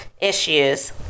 issues